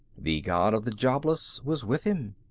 the god of the jobless was with him.